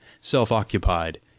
self-occupied